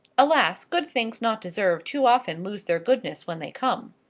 alas, good things not deserved too often lose their goodness when they come!